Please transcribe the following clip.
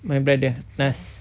my brother naz